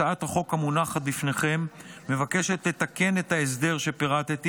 הצעת החוק המונחת לפניכם מבקשת לתקן את ההסדר שפירטתי